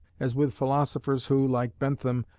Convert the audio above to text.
as with philosophers who, like bentham,